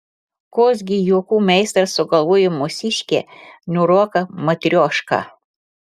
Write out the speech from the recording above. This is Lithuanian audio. koks gi juokų meistras sugalvojo mūsiškę niūroką matriošką